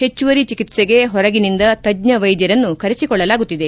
ಹೆಚ್ಚುವರಿ ಚಿಕಿತ್ಸೆಗೆ ಹೊರಗಿನಿಂದ ತಜ್ಞ ವೈದ್ಯರನ್ನು ಕರೆಸಿಕೊಳ್ಳಲಾಗುತ್ತಿದೆ